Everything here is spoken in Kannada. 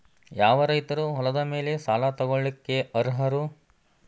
ಯಾವ ರೈತರು ಹೊಲದ ಮೇಲೆ ಸಾಲ ತಗೊಳ್ಳೋಕೆ ಅರ್ಹರು?